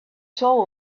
soul